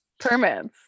Permits